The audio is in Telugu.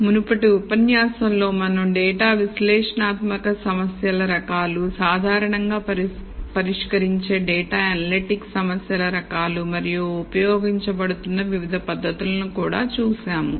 మునుపటి ఉపన్యాసంలో మనం డేటా విశ్లేషణాత్మక సమస్య రకాలు సాధారణంగా పరిష్కరించే డేటా అనలిటిక్స్ సమస్యల రకాలు మరియు ఉపయోగించబడుతున్న వివిధ పద్ధతులను కూడా చూశాము